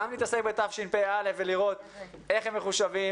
גם נתעסק ב-תשפ"א ונראה איך הם מחושבים